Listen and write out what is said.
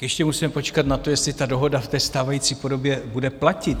Ještě musíme počkat na to, jestli ta dohoda v stávající podobě bude platit.